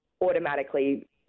automatically